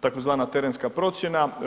tzv. terenska procjena.